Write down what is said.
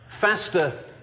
faster